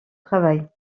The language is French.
travail